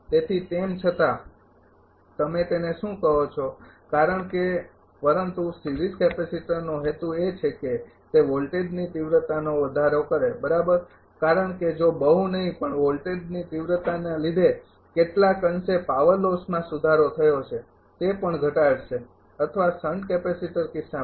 તેથી તેમ છતાં તમે તેને શું કહો છો કારણ કે પરંતુ સિરીઝ કેપેસિટરનો હેતુ એ છે કે તે વોલ્ટેજની તીવ્રતામાં વધારો કરે બરાબર અને કારણકે જો બહુ નહીં પણ વોલ્ટેજની તિવ્રતાના લીધે કેટલાક અંશે પાવર લોસમાં સુધારો થયો છે તે પણ ઘટાડશે અથવા શંટ કેપેસીટર કિસ્સામાં